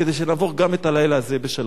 כדי שנעבור גם את הלילה הזה בשלום.